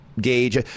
gauge